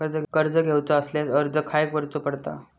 कर्ज घेऊचा असल्यास अर्ज खाय करूचो पडता?